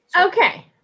Okay